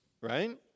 Right